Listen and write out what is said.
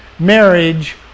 Marriage